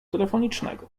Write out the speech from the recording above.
telefonicznego